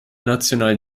nationalen